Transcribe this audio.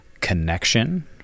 connection